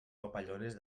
papallones